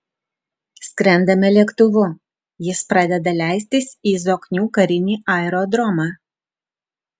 skrendame lėktuvu jis pradeda leistis į zoknių karinį aerodromą